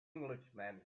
englishman